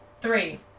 Three